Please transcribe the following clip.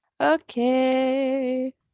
Okay